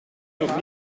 nog